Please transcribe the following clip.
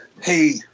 hey